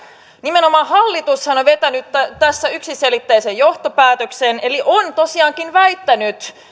nimenomaan hallitushan on vetänyt tässä yksiselitteisen johtopäätöksen eli on tosiaankin väittänyt